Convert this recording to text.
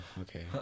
okay